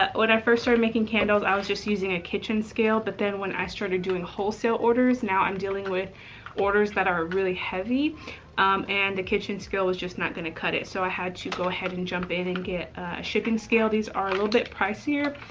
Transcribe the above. ah when i first started making candles, i was just using a kitchen scale. but then when i started doing wholesale orders, now i'm dealing with orders that are really heavy and the kitchen scale was just not gonna cut it. so i had to go ahead and jump in and get a shipping scale. these are a little bit pricier,